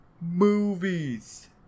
movies